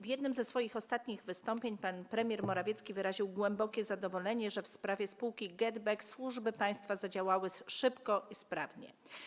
W jednym ze swoich ostatnich wystąpień pan premier Morawiecki wyraził głębokie zadowolenie, że w sprawie spółki GetBack służby państwa zadziałały szybko i sprawnie.